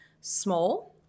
small